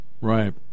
Right